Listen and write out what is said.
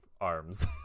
arms